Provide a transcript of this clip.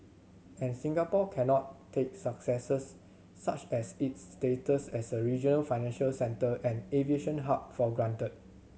and Singapore cannot take successes such as its status as a regional financial centre and aviation hub for granted